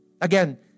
Again